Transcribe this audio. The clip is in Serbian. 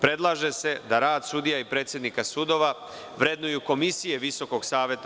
Predlaže se da rad sudija i predsednika sudova vrednuju komisije VSS.